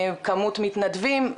כמות מתנדבים,